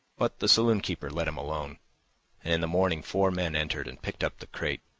but the saloon-keeper let him alone, and in the morning four men entered and picked up the crate.